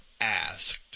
asked